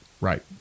Right